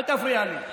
אל תפריע לי.